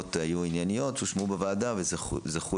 ההערות שהושמעו בוועדה היו ענייניות וזכו